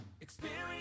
Experience